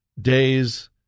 days